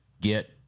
Get